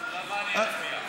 השאלה מה אני אצביע.